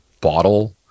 bottle